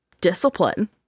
Discipline